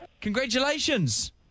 Congratulations